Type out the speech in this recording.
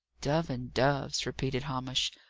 dove and dove's, repeated hamish.